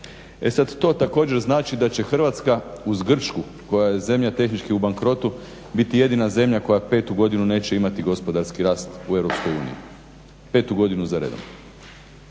E sad to također znači da će Hrvatska uz Grčku koja je zemlja tehnički u bankrotu biti jedina zemlja koja petu godinu neće imati gospodarski rast u EU, petu godinu za redom.